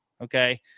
Okay